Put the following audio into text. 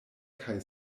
kaj